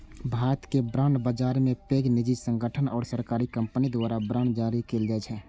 भारतक बांड बाजार मे पैघ निजी संगठन आ सरकारी कंपनी द्वारा बांड जारी कैल जाइ छै